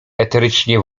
eterycznie